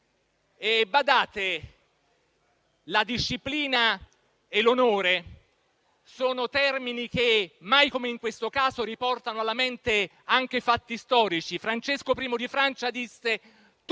Badate che la disciplina e l'onore sono termini che, mai come in questo caso, riportano alla mente anche fatti storici. Francesco I di Francia disse: